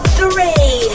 three